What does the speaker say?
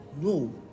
No